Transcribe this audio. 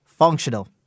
functional